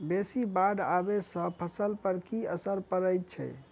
बेसी बाढ़ आबै सँ फसल पर की असर परै छै?